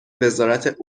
وزارت